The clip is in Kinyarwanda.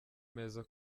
meza